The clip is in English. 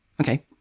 Okay